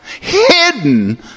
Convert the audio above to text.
hidden